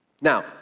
Now